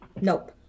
nope